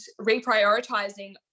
reprioritizing